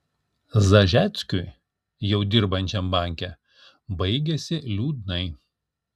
zažeckiui jau dirbančiam banke baigėsi liūdnai